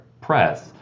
press